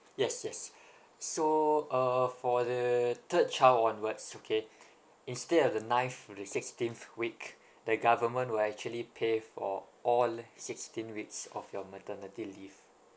yes yes so uh for the third child onwards okay instead of the ninth to the sixteenth week the government will actually pay for all sixteen weeks of your maternity leave